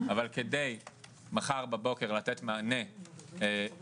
אבל כדי שמחר בבוקר יהיה אפשר לתת מענה לאותן